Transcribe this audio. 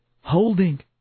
holding